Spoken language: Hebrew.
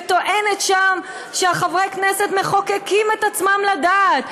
וטוענת שם שחברי הכנסת מחוקקים את עצמם לדעת,